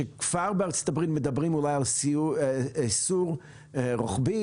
שכבר מדברים בארצות הברית אולי על איסור רוחבי,